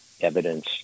evidence